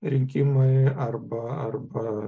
rinkimai arba arba